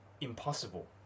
impossible